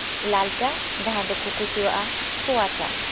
ᱞᱟᱞ ᱪᱟ ᱡᱟᱦᱟᱸᱭ ᱫᱚᱠᱚ ᱠᱩᱥᱤᱣᱟᱜᱼᱟ ᱛᱚᱣᱟ ᱪᱟ